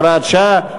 הוראת שעה),